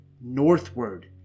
northward